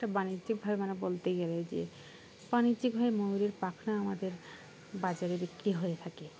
একটা বাণিজ্যিকভাবে মানে বলতে গেলে যে বাণিজ্যিকভাবে ময়ূরের পাখনা আমাদের বাজারে বিক্রি হয়ে থাকে